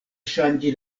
ŝanĝi